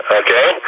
okay